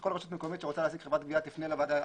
שכל רשות מקומית שרוצה להעסיק חברת גבייה תפנה לוועדה ארצית.